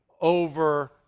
over